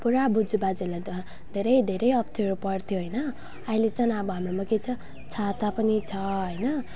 पुरा बोजुबाजेले त धेरै धेरै अप्ठेरो पर्थ्यो होइन अहिले चाहिँ अब हाम्रोमा के छ छाता पनि छ होइन